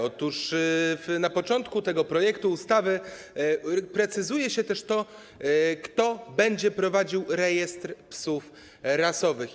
Otóż na początku tego projektu ustawy precyzuje się też to, kto będzie prowadził rejestr psów rasowych.